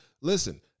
Listen